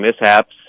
mishaps